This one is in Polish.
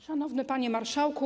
Szanowny Panie Marszałku!